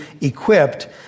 equipped